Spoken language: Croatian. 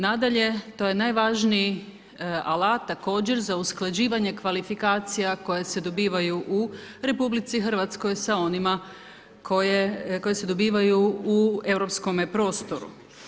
Nadalje, to je najvažniji alat također za usklađivanje kvalifikacija koje se dobivaju u RH sa onima koje se dobivaju u europskome prostoru.